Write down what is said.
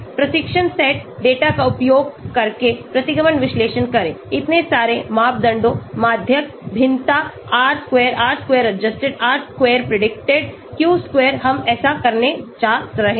प्रशिक्षण set data का उपयोग करके प्रतिगमन विश्लेषण करें इतने सारे मापदंडों माध्य भिन्नता R square R square adjusted R square predicted Q square हम ऐसा करने जा रहे हैं